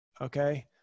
okay